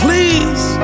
Please